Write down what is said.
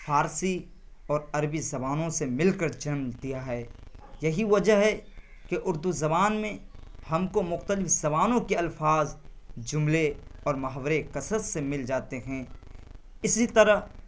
فارسی اور عربی زبانوں سے مل کر جنم دیا ہے یہی وجہ ہے کہ اردو زبان میں ہم کو مختلف زبانوں کے الفاظ جملے اور محاورے کثرت سے مل جا تے ہیں اسی طرح